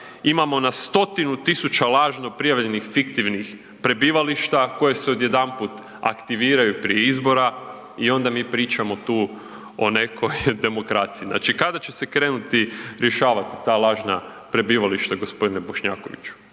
imamo na 100-tinu tisuća lažno prijavljenih fiktivnih prebivališta koja se odjedanput aktiviraju prije izbora i onda mi pričamo tu o nekoj demokraciji. Znači, kada će se krenuti rješavati ta lažna prebivališta gospodine Bošnjakoviću?